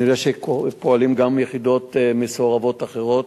אני יודע שפועלים גם יחידות מסוערבות אחרות,